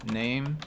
name